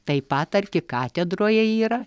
taip pat arkikatedroje yra